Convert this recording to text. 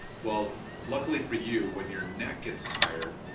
well, luckily for you, when your neck gets tired,